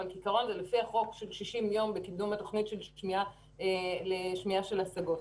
בעיקרון זה לפי החוק של 60 ימים לקידום התוכנית לשמיעה של השגות.